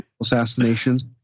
Assassinations